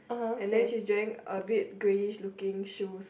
and then she's wearing a bit greyish looking shoes